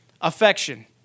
Affection